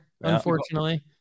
unfortunately